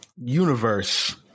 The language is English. universe